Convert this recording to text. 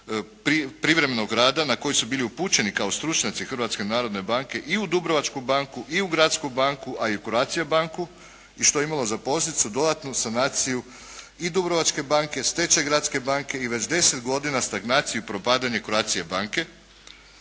na koji su bili upućeni kao stručnjaci Hrvatske narodne banke i u Dubrovačku banku i u Gradsku banku, a i u Croatia banku i što je imalo za posljedice dodatnu sanaciju i Dubrovačke banke, stečaj Gradske banke i već deset godina stagnaciju i propadanje Croatia banke